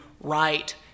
right